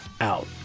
out